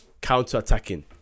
counter-attacking